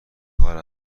کار